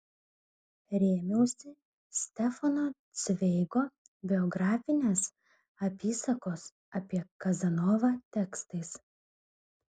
rėmiausi stefano cveigo biografinės apysakos apie kazanovą tekstais